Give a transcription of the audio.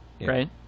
Right